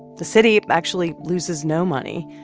the city actually loses no money,